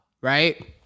Right